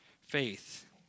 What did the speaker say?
faith